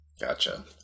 Gotcha